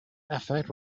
effect